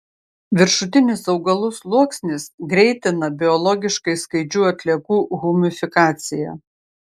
viršutinis augalų sluoksnis greitina biologiškai skaidžių atliekų humifikaciją